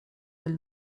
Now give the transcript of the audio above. del